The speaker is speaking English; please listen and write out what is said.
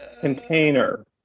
container